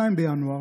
2 בינואר,